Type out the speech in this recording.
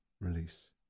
release